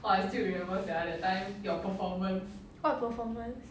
what performance